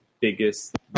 biggest